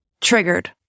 triggered